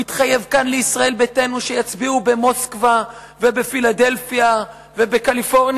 הוא התחייב פה לישראל ביתנו שיצביעו במוסקבה ובפילדלפיה ובקליפורניה,